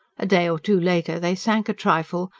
a day or two later they sank a trifle,